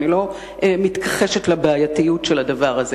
ואני לא מתכחשת לבעייתיות של הדבר הזה.